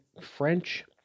French